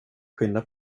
skynda